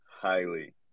Highly